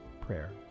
prayer